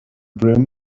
brim